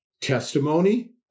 testimony